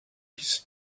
his